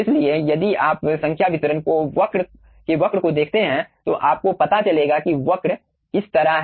इसलिए यदि आप संख्या वितरण के वक्र को देखते हैं तो आपको पता चलेगा कि वक्र इस तरह है